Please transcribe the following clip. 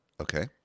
Okay